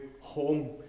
home